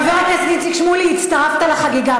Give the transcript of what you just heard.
חבר הכנסת איציק שמולי, הצטרפת לחגיגה.